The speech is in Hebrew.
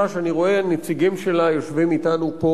שאני רואה נציגים שלה יושבים אתנו פה,